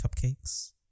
Cupcakes